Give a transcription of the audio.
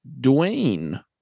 Dwayne